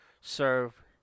serve